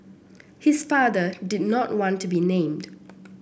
his father did not want to be named